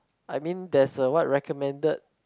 I mean there's a what recommended